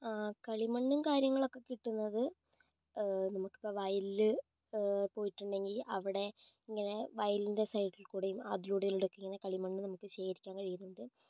കളിമണ്ണും കാര്യങ്ങളൊക്കെ കിട്ടുന്നത് നമുക്കിപ്പം വയലില് പോയിട്ടുണ്ടെങ്കിൽ അവിടെ ഇങ്ങനെ വയലിൻ്റെ സൈഡിൽ കുടെയും അതിലൂടെക്കെ കളിമണ്ണ് നമുക്ക് ശേഖരിക്കാൻ കഴിയുന്നുണ്ട്